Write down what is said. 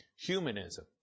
Humanism